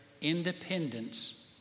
independence